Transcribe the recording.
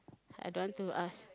I don't want to ask